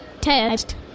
test